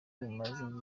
bumaze